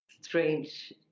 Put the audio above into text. strange